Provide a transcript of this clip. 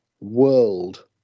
world